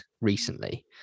recently